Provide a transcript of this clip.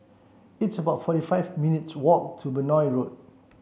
it's about forty five minutes walk to Benoi Road